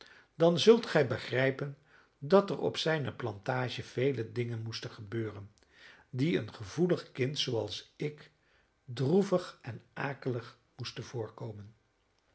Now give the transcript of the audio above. dan zult gij begrijpen dat er op zijne plantage vele dingen moesten gebeuren die een gevoelig kind zooals ik droevig en akelig moesten voorkomen